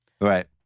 Right